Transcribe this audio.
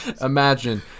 Imagine